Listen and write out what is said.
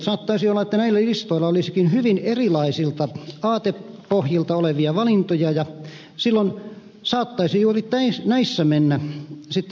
saattaisi olla että näiltä listoilta tulisikin hyvin erilaisilta aatepohjilta lähtöisin olevia valintoja ja silloin saattaisi juuri näissä mennä sitten valinta pieleen